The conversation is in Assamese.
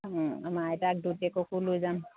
আমাৰ আইতাক পুতেককো লৈ যাম